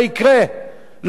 לא רוצים חרדים.